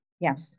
yes